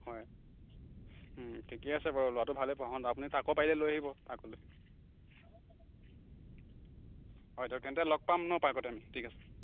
হয় ওম ঠিকে আছে বাৰু ল'ৰাটো ভালে পঢ়া শুনা আপুনি তাকো পাৰিলে লৈ আহিব পাৰ্কলৈ হয় তেন্তে লগ পাম ন' আমি পাৰ্কতে ঠিক আছে